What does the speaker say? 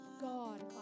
God